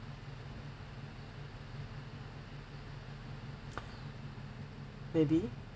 maybe